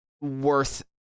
worth